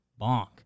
Bonk